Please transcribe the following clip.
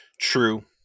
True